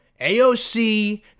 AOC